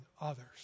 others